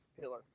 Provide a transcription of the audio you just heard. pillar